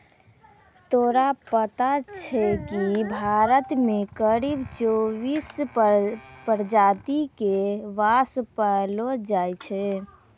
तोरा पता छौं कि भारत मॅ करीब चौबीस प्रजाति के बांस पैलो जाय छै